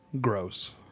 Gross